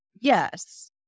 Yes